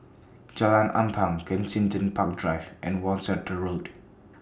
Jalan Ampang Kensington Park Drive and Worcester Road